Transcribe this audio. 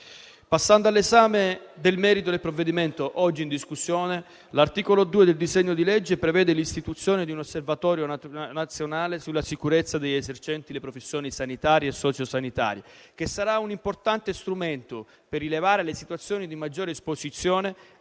Passando all'esame del merito del provvedimento oggi in discussione, l'articolo 2 del disegno di legge prevede l'istituzione di un Osservatorio nazionale sulla sicurezza degli esercenti le professioni sanitarie e socio-sanitarie, che sarà un importante strumento per rilevare le situazioni di maggiore esposizione